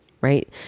right